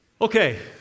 Okay